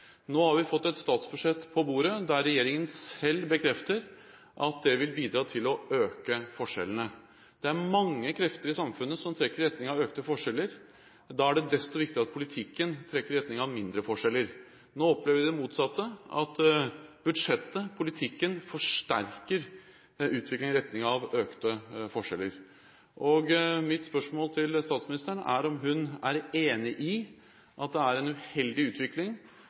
Nå har vi fått et statsbudsjett på bordet som regjeringen selv bekrefter vil bidra til å øke forskjellene. Det er mange krefter i samfunnet som trekker i retning av økte forskjeller. Da er det desto viktigere at politikken trekker i retning av mindre forskjeller. Nå opplever vi det motsatte, at budsjettet, politikken, forsterker en utvikling i retning av økte forskjeller. Mitt spørsmål til statsministeren er om hun er enig i at det er en uheldig utvikling